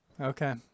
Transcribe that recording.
Okay